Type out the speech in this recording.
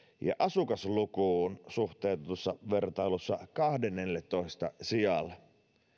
ja asukaslukuun suhteutetussa vertailussa kahdennelletoista sijalle